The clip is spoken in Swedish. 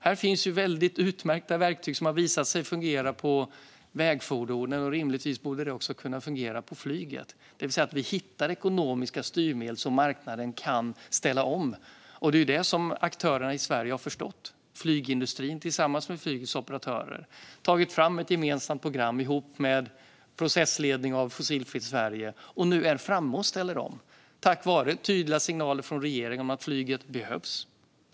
Här finns utmärkta verktyg som har visat sig fungera på vägfordonen, och rimligtvis borde de kunna fungera även på flyget. Det handlar om att hitta ekonomiska styrmedel så att marknaden kan ställa om, och det är det aktörerna i Sverige har förstått. Flygindustrin tillsammans med flygets operatörer har tagit fram ett gemensamt program, med processledning av Fossilfritt Sverige, och nu är man framme och ställer om - tack vare tydliga signaler från regeringen om att flyget behövs.